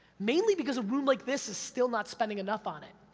mainly because a room like this is still not spending enough on it.